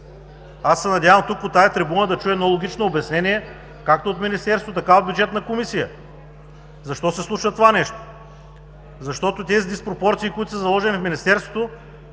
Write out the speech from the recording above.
Аз се надявам от тази трибуна да чуем логично обяснение както от Министерството, така и от Бюджетната комисия защо се случва това нещо? Защото тези диспропорции, които са заложени в Министерството